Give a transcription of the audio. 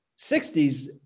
60s